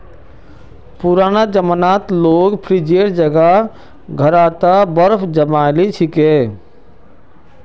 पुराना जमानात लोग फ्रिजेर जगह घड़ा त बर्फ जमइ ली छि ले